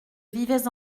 vivais